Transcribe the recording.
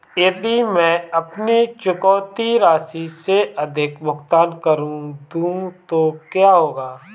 यदि मैं अपनी चुकौती राशि से अधिक भुगतान कर दूं तो क्या होगा?